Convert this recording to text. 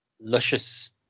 luscious